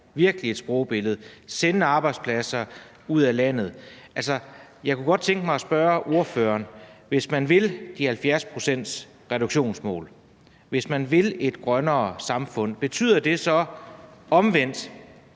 virkelig et sprogbillede: »Sende arbejdspladser ud af landet«. Jeg kunne godt tænke mig at spørge ordføreren: Hvis man vil de 70 pct. i reduktionsmål, og hvis man vil et grønnere samfund, betyder det så omvendt,